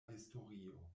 historio